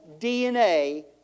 DNA